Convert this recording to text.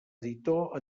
editor